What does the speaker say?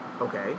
Okay